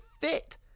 fit